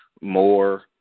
more